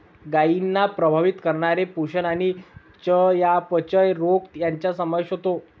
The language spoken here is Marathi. गायींना प्रभावित करणारे पोषण आणि चयापचय रोग यांचा समावेश होतो